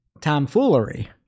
tomfoolery